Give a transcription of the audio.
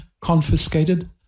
confiscated